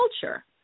culture